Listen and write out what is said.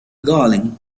gallen